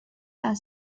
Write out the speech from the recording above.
are